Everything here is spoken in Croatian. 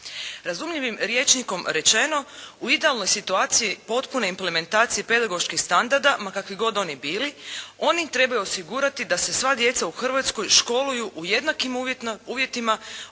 Razumljivim rječnikom rečeno u idealnoj situaciji potpune implementacije pedagoških standarda, ma kakvi god oni bili, oni trebaju osigurati da se sva djeca u Hrvatskoj školuju u jednakim uvjetima, odnosno